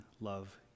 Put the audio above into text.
love